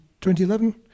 2011